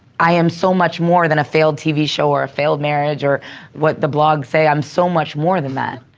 i am so much more than a failed tv show or a failed marriage or what the blogs say, i'm so much more than that.